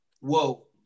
whoa